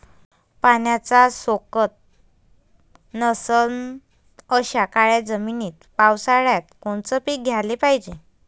पाण्याचा सोकत नसन अशा काळ्या जमिनीत पावसाळ्यात कोनचं पीक घ्याले पायजे?